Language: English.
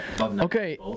okay